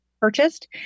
purchased